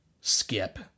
skip